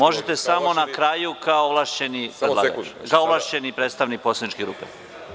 Možete samo na kraju kao ovlašćeni predstavnik poslaničke grupe.